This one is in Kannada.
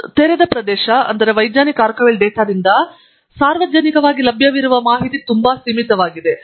ಆದ್ದರಿಂದ ತೆರೆದ ಪ್ರವೇಶ ವೈಜ್ಞಾನಿಕ ಆರ್ಕೈವಲ್ ಡಾಟಾದಿಂದ ಸಾರ್ವಜನಿಕವಾಗಿ ಲಭ್ಯವಿರುವ ಮಾಹಿತಿ ಇದು ತುಂಬಾ ಸೀಮಿತವಾಗಿದೆ